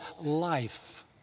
life